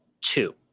two